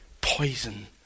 poison